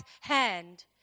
hand